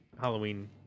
Halloween